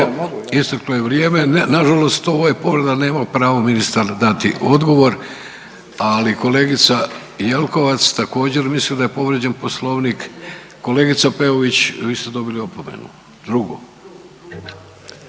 Ne, nažalost ovo je povreda nema pravo ministar dati odgovor, ali kolegica Jelkovac također misli da je povrijeđen Poslovnik. Kolegica Peović vi ste dobili opomenu, drugu.